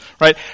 right